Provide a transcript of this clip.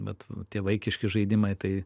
bet tie vaikiški žaidimai tai